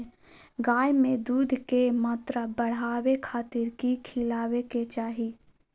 गाय में दूध के मात्रा बढ़ावे खातिर कि खिलावे के चाही?